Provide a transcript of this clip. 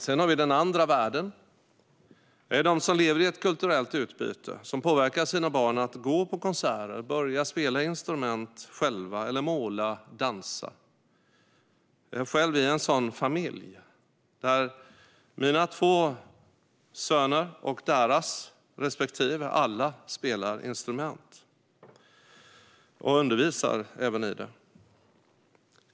Sedan har vi den andra världen, det vill säga de som lever i ett kulturellt utbyte och som påverkar sina barn att gå på konserter, börja spela instrument själva, måla eller dansa. Jag finns själv i en familj där mina två söner och deras respektive alla spelar instrument och även undervisar i det.